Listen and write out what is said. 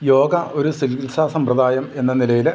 യോഗ ഒരു ചികിത്സാ സമ്പ്രദായം എന്ന നിലയിൽ